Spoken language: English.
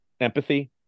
empathy